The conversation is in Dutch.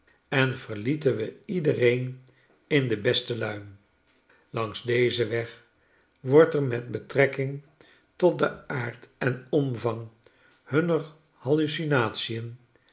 en verlieten we iedereen in de beste luim langs dezen weg wordt er met betrekking tot den aard en omvang hunner hallucination